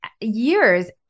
years